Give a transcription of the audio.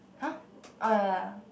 !huh! oh ya ya ya